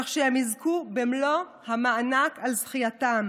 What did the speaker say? כך שהם יזכו במלוא המענק על זכייתם.